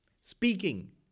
Speaking